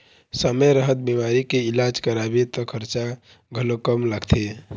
समे रहत बिमारी के इलाज कराबे त खरचा घलोक कम लागथे